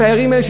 התיירים האלה,